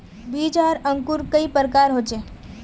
बीज आर अंकूर कई प्रकार होचे?